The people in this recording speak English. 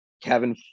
Kevin